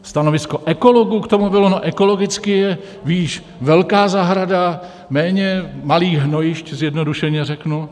Stanovisko ekologů k tomu ekologicky je výš velká zahrada, méně malé hnojiště, zjednodušeně řeknu.